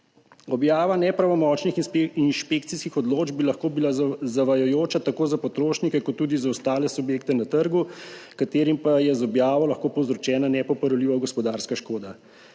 Objava nepravnomočnih inšpekcijskih odločb bi lahko bila zavajajoča tako za potrošnike kot tudi za ostale subjekte na trgu, ki pa jim je z objavo lahko povzročena nepopravljiva gospodarska škoda.